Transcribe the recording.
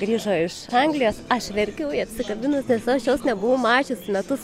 grįžo iš anglijos aš verkiau ją apsikabinus nes aš jos nebuvau mačius metus